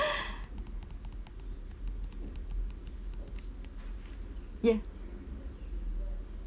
ya